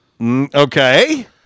Okay